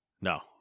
No